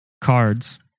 cards